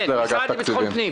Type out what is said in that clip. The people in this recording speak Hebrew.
לכם.